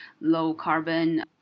low-carbon